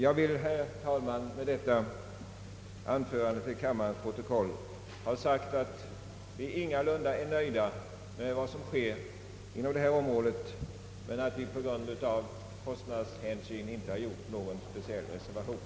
Jag vill, herr talman, med det anförda ha sagt att vi ingalunda är nöjda med vad som sker på detta område, men att vi med hänsyn till kostnaden inte angivit någon speciell reservation.